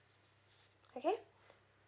okay